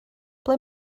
ble